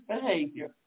behavior